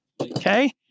Okay